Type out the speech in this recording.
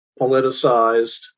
politicized